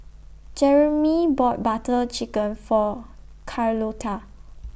Jeremey bought Butter Chicken For Carlotta